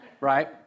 Right